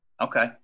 Okay